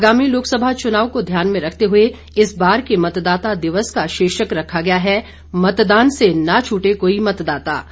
आगामी लोकसभा चुनाव को ध्यान में रखते हुए इस बार के मतदाता दिवस का शीर्षक रखा गया है मतदान से न छूटे कोई मतदाता